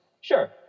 sure